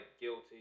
guilty